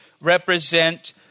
represent